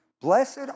Blessed